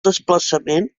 desplaçament